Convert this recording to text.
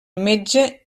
metge